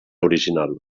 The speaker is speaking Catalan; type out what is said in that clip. original